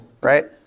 right